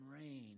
rain